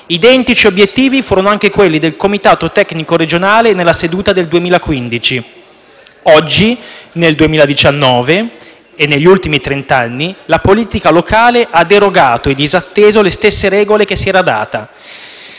Identici obiettivi furono quelli del comitato tecnico regionale nella seduta del 2015. Oggi, nel 2019, e negli ultimi trent'anni, la politica locale ha derogato e disatteso le stesse regole che si era data.